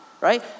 right